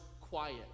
quiet